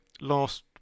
Last